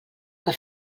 que